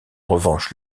revanche